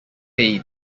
aid